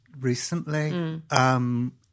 recently